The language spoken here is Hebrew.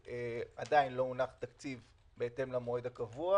שעדיין לא הונח תקציב בהתאם למועד הקבוע.